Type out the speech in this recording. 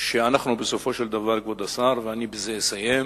שאנחנו בסופו של דבר, כבוד השר, ואני בזה אסיים,